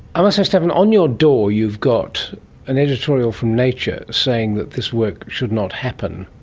i must say, stephen, on your door you've got an editorial from nature saying that this work should not happen,